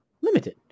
limited